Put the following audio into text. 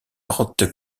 grotte